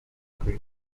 grate